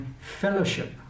fellowship